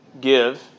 give